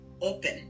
open